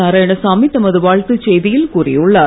நாராயணசாமி தமது வாழ்த்துச் செய்தியில் கூறியுள்ளார்